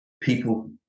people